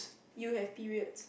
you have periods